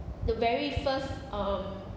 the very first um